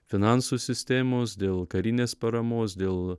finansų sistėmos dėl karinės paramos dėl